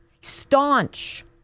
staunch